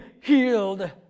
healed